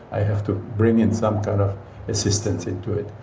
i have to bring in some kind of assistance into it.